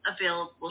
available